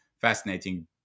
fascinating